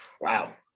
Wow